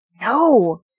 No